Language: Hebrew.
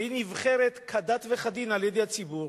שהיא נבחרת כדת וכדין על-ידי הציבור,